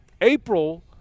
April